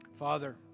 Father